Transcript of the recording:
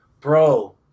bro